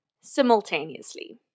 simultaneously